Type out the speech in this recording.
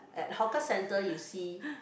at hawker center you see